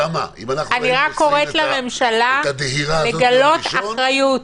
אני רק קוראת לממשלה לגלות אחריות.